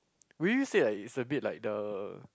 would you say like it's a bit like the